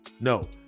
no